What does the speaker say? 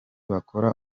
bakora